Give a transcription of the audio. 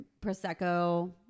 Prosecco